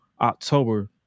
October